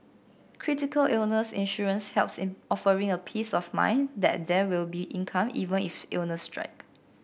critical illness insurance helps in offering a peace of mind that there will be income even if illness strike